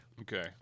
Okay